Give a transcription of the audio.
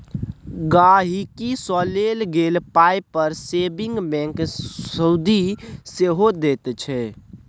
गांहिकी सँ लेल गेल पाइ पर सेबिंग बैंक सुदि सेहो दैत छै